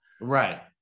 right